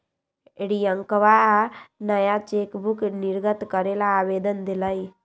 रियंकवा नया चेकबुक निर्गत करे ला आवेदन देलय